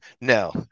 No